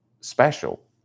special